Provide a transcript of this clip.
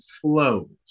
flows